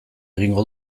egingo